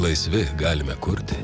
laisvi galime kurti